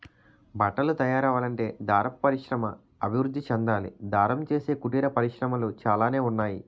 బట్టలు తయారవ్వాలంటే దారపు పరిశ్రమ అభివృద్ధి చెందాలి దారం చేసే కుటీర పరిశ్రమలు చాలానే ఉన్నాయి